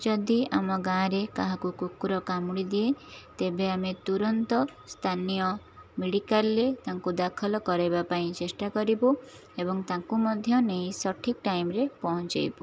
ଯଦି ଆମ ଗାଁରେ କାହାକୁ କୁକୁର କାମୁଡ଼ିଦିଏ ତେବେ ଆମେ ତୁରନ୍ତ ସ୍ଥାନୀୟ ମେଡ଼ିକାଲରେ ତାଙ୍କୁ ଦାଖଲ କରାଇବା ପାଇଁ ଚେଷ୍ଟା କରିବୁ ଏବଂ ତାଙ୍କୁ ମଧ୍ୟ ନେଇ ସଠିକ୍ ଟାଇମରେ ପହୁଞ୍ଚାଇବୁ